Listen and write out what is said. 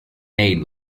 made